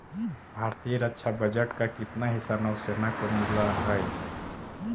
भारतीय रक्षा बजट का कितना हिस्सा नौसेना को मिलअ हई